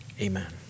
amen